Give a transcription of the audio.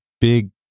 big